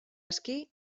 aski